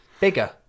bigger